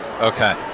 Okay